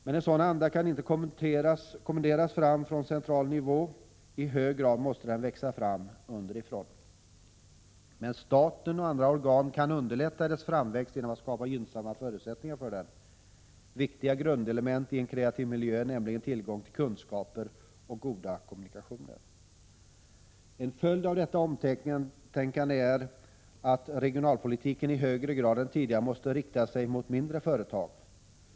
Men en sådan anda kan inte kommenderas fram från central nivå; i hög grad måste den växa fram underifrån. Men staten och andra organ kan underlätta dess framväxt genom att skapa gynnsamma förutsättningar för den. Viktiga grundelement i en kreativ miljö är nämligen tillgång till kunskaper och goda kommunikationer. En följd av detta omtänkande är att regionalpolitiken i högre grad än tidigare måste rikta sig mot mindre företag.